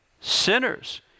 sinners